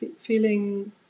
feeling